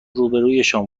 روبهرویشان